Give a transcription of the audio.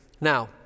Now